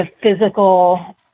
physical